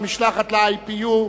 המשלחת ל-IPU,